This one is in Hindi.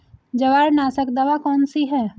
जवार नाशक दवा कौन सी है?